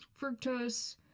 fructose